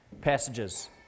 passages